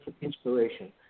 inspiration